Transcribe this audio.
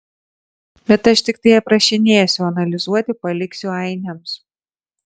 bet aš tiktai aprašinėsiu o analizuoti paliksiu ainiams